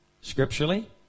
scripturally